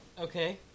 Okay